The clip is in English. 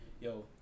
yo